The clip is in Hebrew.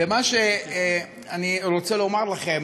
מה שאני רוצה לומר לכם